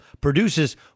produces